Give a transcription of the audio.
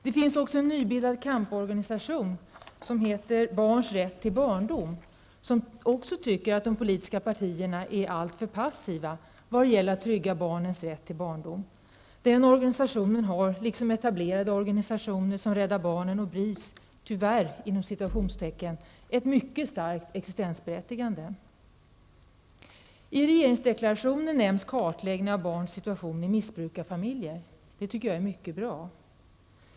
Det finns också en nybildad kamporganisation, Barns Rätt till Barndom, som också tycker att de politiska partierna är alltför passiva när det gäller att trygga barnens rätt till barndom. Den organisationen har liksom etablerade organisationer som Rädda barnen och BRIS ''tyvärr'' ett mycket starkt existensberättigande. I regeringsdeklarationen nämns kartläggningen av barnens situation i missbrukarfamiljer. Det tycker jag är mycket bra.